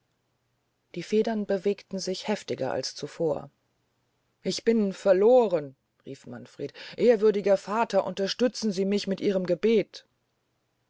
die federn bewegten sich heftiger als zuvor ich bin verloren rief manfred ehrwürdiger vater unterstützen sie mich mit ihrem gebet